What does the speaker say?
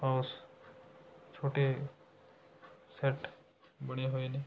house ਛੋਟੇ set ਬਣੇ ਹੋਏ ਨੇ